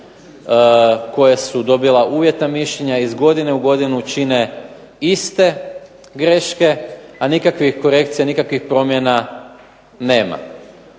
koja su dobila uvjetna mišljenja, iz godine u godinu čine iste greške, a nikakvih korekcija, nikakvih promjena nema.